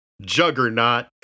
juggernaut